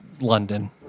London